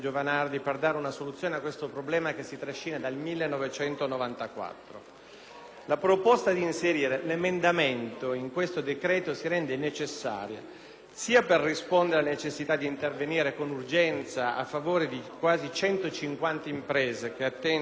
La proposta di inserire l'emendamento in questo decreto si rende necessaria sia per rispondere alla necessità d'intervenire con urgenza a favore di quasi 150 imprese che attendono da oltre un anno, a causa della carenza di cassa, la piena attuazione delle leggi citate,